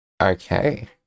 Okay